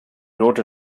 wrote